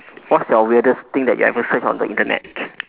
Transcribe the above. what's your weirdest thing that you ever search on the Internet